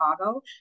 Chicago